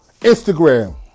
Instagram